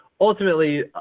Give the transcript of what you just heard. ultimately